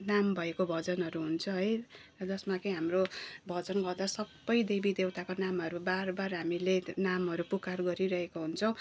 नाम भएको भजनहरू हुन्छ है जसमा कि हाम्रो भजन गर्दा सबै देवी देउताको नामहरू बार बार हामीले नामहरू पुकार गरिरहेको हुन्छौँ